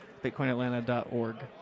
bitcoinatlanta.org